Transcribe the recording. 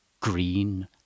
green